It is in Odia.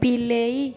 ବିଲେଇ